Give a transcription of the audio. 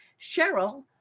Cheryl